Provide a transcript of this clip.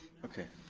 okay.